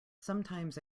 sometimes